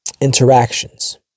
interactions